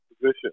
position